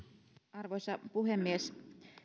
arvoisa puhemies